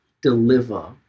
deliver